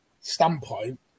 standpoint